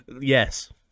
Yes